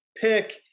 pick